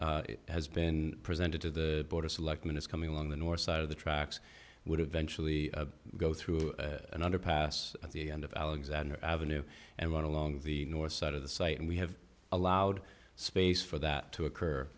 path has been presented to the board of selectmen is coming along the north side of the tracks would eventually go through an underpass at the end of alexander avenue and want to long the north side of the site and we have allowed space for that to occur